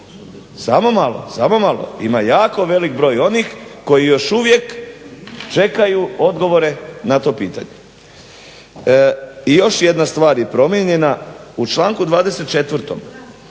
Samo malo, samo malo. Ima jako velik broj onih koji još uvijek čekaju odgovore na to pitanje. I još jedna stvar je promijenjena. U članku 24.